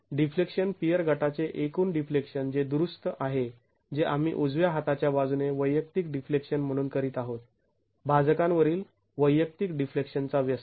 म्हणून deflection pier गटाचे एकूण डिफ्लेक्शन जे दुरुस्त आहे जे आम्ही उजव्या हाताच्या बाजूने वैयक्तिक डिफ्लेक्शन म्हणून करीत आहोत भाजकांवरील वैयक्तिक डिफ्लेक्शन चा व्यस्त